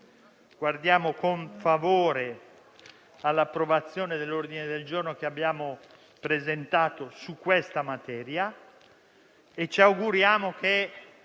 guardiamo con favore all'approvazione dell'ordine del giorno che abbiamo presentato al riguardo e ci auguriamo che